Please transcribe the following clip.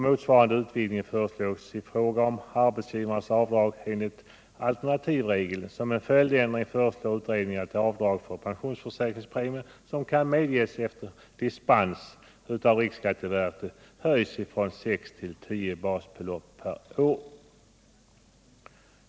Motsvarande utvidgning föreslås också i fråga om arbetsgivares avdrag enligt alternativregeln. Som en följdändring föreslår utredningen att de avdrag för pensionsförsäkringspremier som kan medges efter dispens av riksskatteverket höjs från 6 till 10 basbelopp per år.